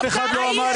אף אחד לא אמר את זה.